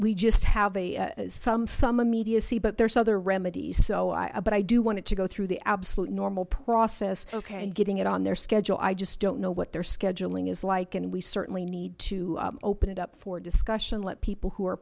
we just have a some some immediacy but there's other remedies so i but i do want it to go through the absolute normal process okay and getting it on their schedule i just don't know what their scheduling is like and we certainly need to open it up for discussion let people who are